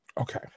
Okay